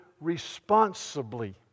responsibly